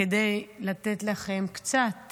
כדי לתת לכם קצת